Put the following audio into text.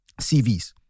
CVs